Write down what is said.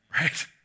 right